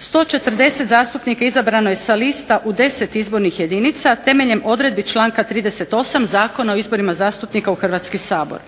140 zastupnika izabrano je sa lista u 10 izbornih jedinica temeljem odredbi članka 38 Zakona o izborima zastupnika u Hrvatski sabor.